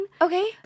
Okay